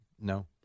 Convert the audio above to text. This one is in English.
No